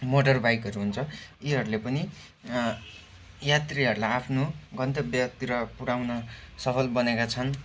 motor बाइकहरू हुन्छ यीहरूले पनि यात्रीहरूलाई आफ्नो गन्तव्यतिर पुर्याउन सफल बनेका छन्